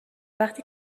وقتی